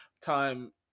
time